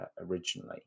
originally